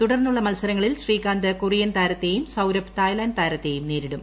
തുടർന്നുളള മത്സരങ്ങളിൽ ശ്രീകാന്ത് കൊറിയൻ താരത്തെയും സൌരഭ് തായ്ലാന്റ് താരത്തെയും നേരിടും